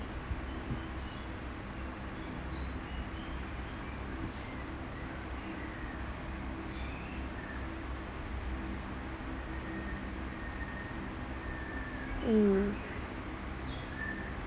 mm